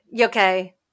Okay